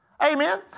Amen